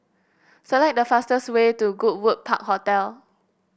select the fastest way to Goodwood Park Hotel